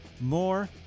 more